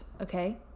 okay